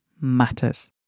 matters